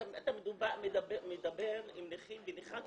אתה מדבר עם נכים והיא נכה קשה.